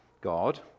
god